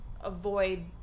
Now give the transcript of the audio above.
avoid